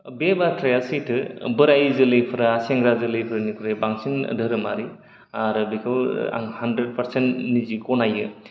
ओ बे बाथ्राया सैथो बोराय जोलैफोरा सेंग्रा जोलैफोरनिख्रुइ बांसिन धोरोमारि आरो बेखौ आंं हानड्रेड पारसेन्ट निजे गनायो